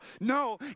No